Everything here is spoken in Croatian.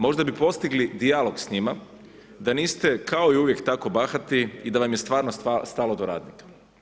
Možda bi postigli dijalog s njima da niste kao i uvijek tako bahati i da vam je stvarno stalo do radnika.